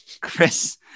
Chris